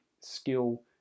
skill